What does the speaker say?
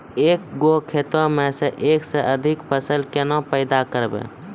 एक गो खेतो मे एक से अधिक फसल केना पैदा करबै?